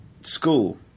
school